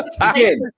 again